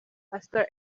pastor